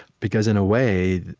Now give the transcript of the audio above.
because, in a way,